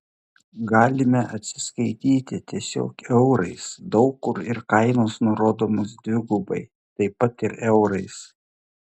galime atsiskaityti tiesiog eurais daug kur ir kainos nurodomos dvigubai taip pat ir eurais